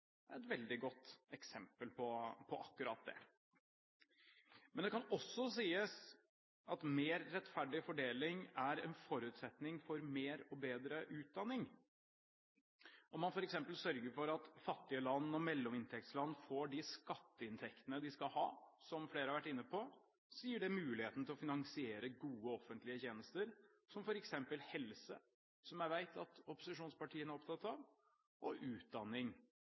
et veldig godt eksempel på akkurat det. Men det kan også sies at mer rettferdig fordeling er en forutsetning for mer og bedre utdanning. Om man f.eks. sørger for at fattige land og mellominntektsland får de skatteinntektene de skal ha, som flere har vært inne på, gir det muligheten til å finansiere gode offentlige tjenester som f.eks. helse, som jeg vet at opposisjonspartiene er opptatt av, og utdanning,